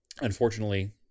Unfortunately